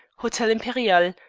hotel imperiale,